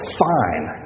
fine